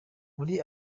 muri